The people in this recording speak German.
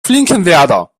finkenwerder